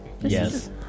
Yes